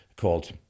called